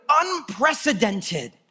unprecedented